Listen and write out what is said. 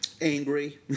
Angry